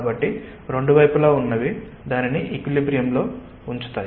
కాబట్టి రెండు వైపులా ఉన్నవి దానిని ఈక్విలిబ్రియమ్ లో ఉంచుతున్నాయి